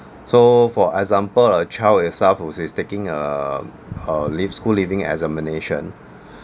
so for example a child itself who is taking err a leave school-leaving examination